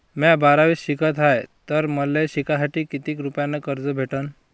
म्या बारावीत शिकत हाय तर मले शिकासाठी किती रुपयान कर्ज भेटन?